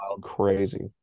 crazy